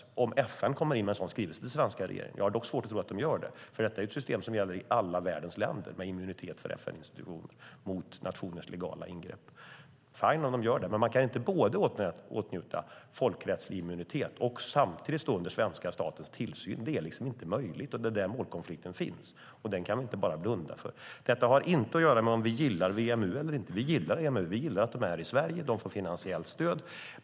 Att FN skulle komma in med en sådan skrivelse till den svenska regeringen har jag svårt att tro, för systemet med immunitet för FN-institutioner mot nationers legala ingrepp gäller i alla världens länder. Fine om de gör det, men man kan inte både åtnjuta folkrättslig immunitet och samtidigt stå under svenska statens tillsyn. Det är inte möjligt, och det är där målkonflikten finns. Den kan vi inte bara blunda för. Detta har inte att göra med om vi gillar WMU eller inte. Vi gillar WMU och att de finns i Sverige, och de får finansiellt stöd.